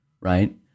right